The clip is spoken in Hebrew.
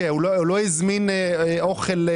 הוא לא הזמין חומרי גלם